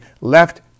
left